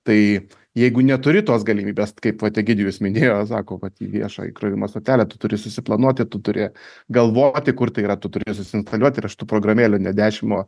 tai jeigu neturi tos galimybės kaip vat egidijus minėjo sako vat į viešą įkrovimo stotelę tu turi susiplanuoti tu turi galvoti kur tai yra tu turi susiinstaliuoti ir aš tų programėlių ne dešim o